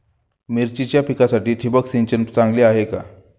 मिरचीच्या पिकासाठी ठिबक सिंचन चांगले आहे का?